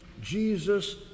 Jesus